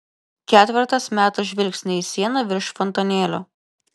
ketvertas meta žvilgsnį į sieną virš fontanėlio